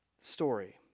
story